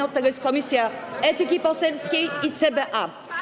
Od tego są Komisja Etyki Poselskiej i CBA.